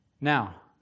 Now